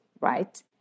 right